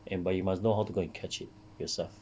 and but you must know how to go catch it yourself